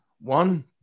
One